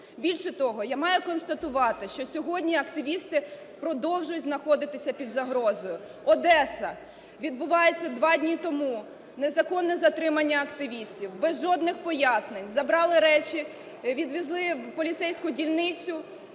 Більше того, я маю констатувати, що сьогодні активісти продовжують знаходитися під загрозою. Одеса: відбувається два дні тому незаконне затримання активістів. Без жодних пояснень забрали речі, відвезли в поліцейську дільницю